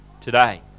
today